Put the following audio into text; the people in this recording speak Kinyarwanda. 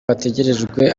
hategerejwe